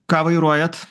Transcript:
ką vairuojat